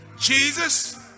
Jesus